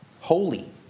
holy